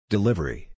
Delivery